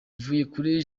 mvuyekure